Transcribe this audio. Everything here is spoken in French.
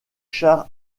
charts